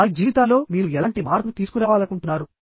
వారి జీవితాల్లో మీరు ఎలాంటి మార్పును తీసుకురావాలనుకుంటున్నారు